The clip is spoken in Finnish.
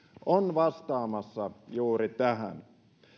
on vastaamassa juuri tähän